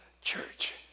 church